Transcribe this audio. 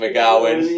McGowan